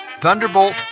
Thunderbolt